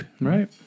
Right